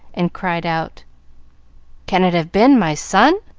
and cried out can it have been my son?